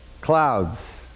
Clouds